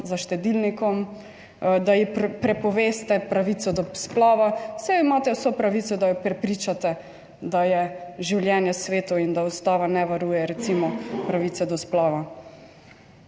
za štedilnikom, da ji prepoveste pravico do splava, saj imate vso pravico, da jo prepričate, da je življenje sveto, in da Ustava ne varuje recimo pravice do splava.